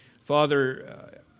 Father